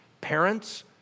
Parents